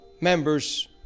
members